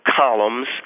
columns